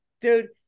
dude